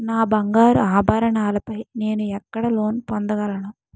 నా బంగారు ఆభరణాలపై నేను ఎక్కడ లోన్ పొందగలను?